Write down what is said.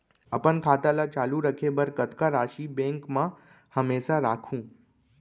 अपन खाता ल चालू रखे बर कतका राशि बैंक म हमेशा राखहूँ?